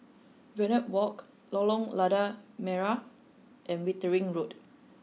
Verde Walk Lorong Lada Merah and Wittering Road